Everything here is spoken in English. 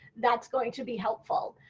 that is going to be helpful.